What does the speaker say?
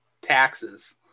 taxes